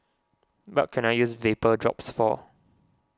what can I use Vapodrops for